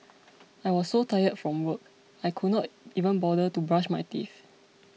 I was so tired from work I could not even bother to brush my teeth